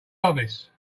office